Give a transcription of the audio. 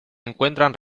encuentran